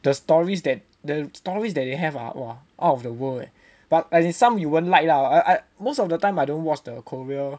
the stories that the stories that they have ah !wah! out of the world eh but as in some you won't like lah as in most of the time I don't watch the Korea